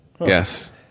Yes